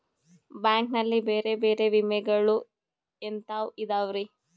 Bank ನಲ್ಲಿ ಬೇರೆ ಬೇರೆ ವಿಮೆಗಳು ಎಂತವ್ ಇದವ್ರಿ?